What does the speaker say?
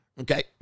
Okay